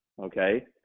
okay